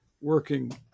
working